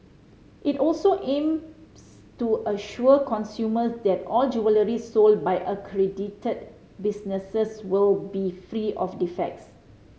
it also aims to assure consumers that all jewellery sold by accredited businesses will be free of defects